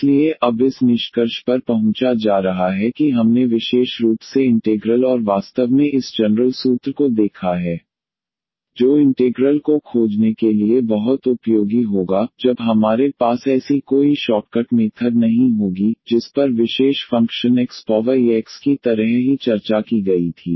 इसलिए अब इस निष्कर्ष पर पहुंचा जा रहा है कि हमने विशेष रूप से इंटेग्रल और वास्तव में इस जनरल सूत्र को देखा है जो इंटेग्रल को खोजने के लिए बहुत उपयोगी होगा जब हमारे पास ऐसी कोई शॉर्टकट मेथड नहीं होगी जिस पर विशेष function x power e x की तरह ही चर्चा की गई थी